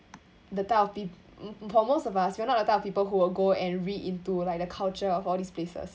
the type of peop~ for most of us we're not the type of people who will go and read into like the culture of all these places